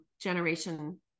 generation